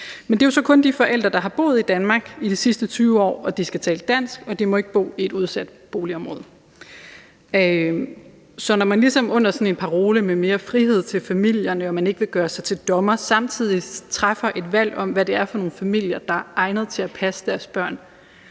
Men det er jo så kun de forældre, der har boet i Danmark i de sidste 20 år, og de skal tale dansk, og de må ikke bo i et udsat boligområde. Så når man ligesom under sådan en parole med mere frihed til familierne – man vil ikke gøre sig til dommer – samtidig træffer et valg om, hvad det er for nogle familier, der er egnet til at passe deres børn,